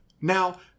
Now